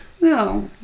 No